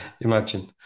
Imagine